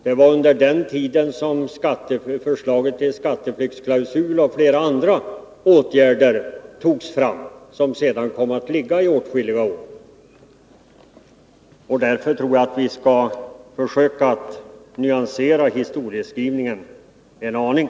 Det var under den tiden som förslag till skatteflyktsklausul och flera andra åtgärder togs fram som sedan kom att få vänta i åtskilliga år. Därför tror jag att vi bör försöka att nyansera historieskrivningen en aning.